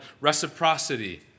reciprocity